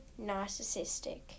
narcissistic